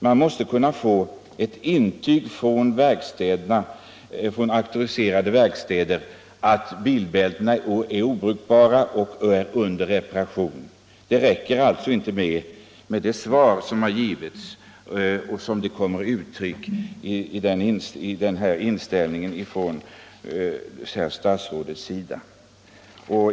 Man måste kunna få ett intyg från auktoriserade verkstäder att bilbältena är obrukbara och under reparation. Det räcker inte med de åtgärder som angivits i svaret och den inställning som statsrådet gav uttryck för.